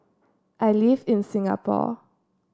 I live in Singapore